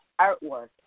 artwork